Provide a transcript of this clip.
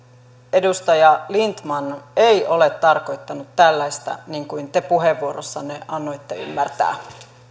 edustaja lindtman ei ole tarkoittanut tällaista niin kuin te puheenvuorossanne annoitte ymmärtää